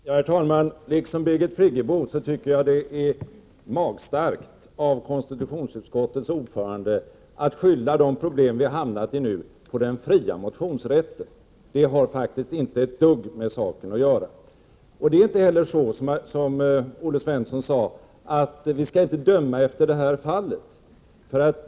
Herr talman! Liksom Birgit Friggebo tycker jag att det är magstarkt av konstitutionsutskottets ordförande att skylla de problem som vi nu hamnat i på den fria motionsrätten. Det har faktiskt inte ett dugg med saken att göra. Det är inte heller så, som Olle Svensson sade, att vi inte skall döma efter det här fallet.